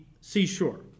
seashore